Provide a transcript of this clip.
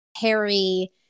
Harry